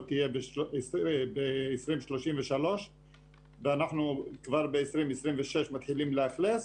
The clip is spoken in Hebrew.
תהיה ב-2033 ואנחנו כבר ב-2026 מתחילים לאכלס